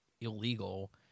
illegal